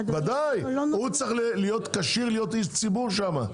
הוא צריך להיות כשיר להיות איש ציבור שם.